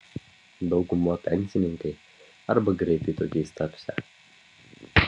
dauguma pensininkai arba greitai tokiais tapsią